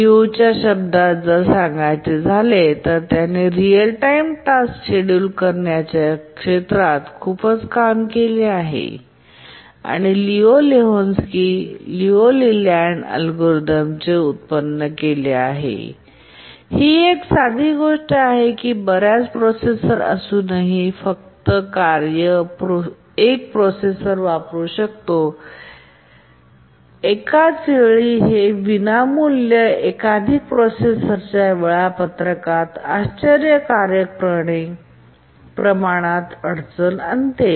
लियूच्या शब्दांत जर सांगायचे झाले तर त्याने रीअल टाइम टास्क शेड्यूल करण्याच्या क्षेत्रात खूप काम केले आहे आणि लिऊ लेहोकस्की लिऊ लेलँड्स अल्गोरिदमचे उत्पन्न केले आहे ही एक साधी गोष्ट आहे की बर्याच प्रोसेसर असूनही कार्य फक्त 1 प्रोसेसर वापरु शकतो एकाच वेळी विनामूल्य हे एकाधिक प्रोसेसरच्या वेळापत्रकात आश्चर्यकारक प्रमाणात अडचण आणते